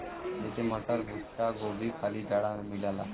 जइसे मटर, भुट्टा, गोभी खाली जाड़ा मे मिलला